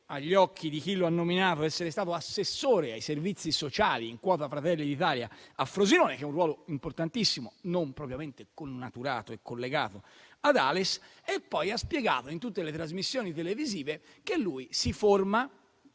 agli occhi di chi lo ha nominato, quello di essere stato assessore ai servizi sociali in quota Fratelli d'Italia a Frosinone, che è un ruolo importantissimo, ma non propriamente connaturato e collegato ad Ales. Egli ha poi spiegato in tutte le trasmissioni televisive che si forma